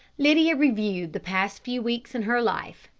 lydia reviewed the past few weeks in her life,